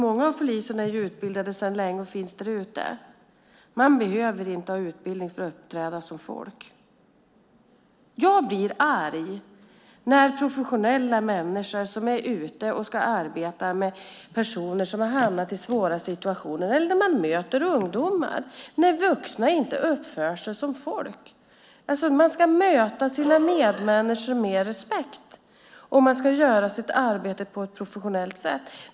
Många av poliserna är utbildade för länge sedan och finns där ute, men man behöver inte ha utbildning för att uppträda som folk. Jag blir arg när professionella vuxna människor som är ute och arbetar med personer som hamnat i svåra situationer, eller i mötet med ungdomar, inte uppför sig som folk. Man ska bemöta sina medmänniskor med respekt och utföra sitt arbete på ett professionellt sätt.